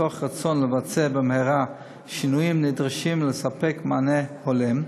ומתוך רצון לבצע במהרה שינויים נדרשים ולספק מענה הולם,